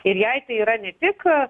ir jai tai yra ne tik